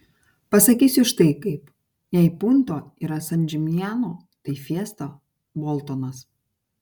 pasakysiu štai kaip jei punto yra san džiminjano tai fiesta boltonas